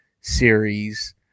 series